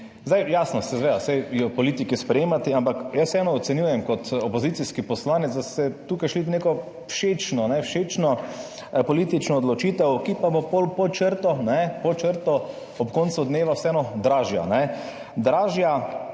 Jasno, seveda, saj jo politiki sprejemate, ampak jaz vseeno ocenjujem kot opozicijski poslanec, da ste tukaj šli v neko všečno politično odločitev, ki pa bo potem pod črto ob koncu dneva vseeno dražja. Dražja,